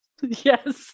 yes